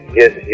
yes